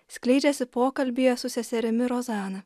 skleidžiasi pokalbyje su seserimi rozana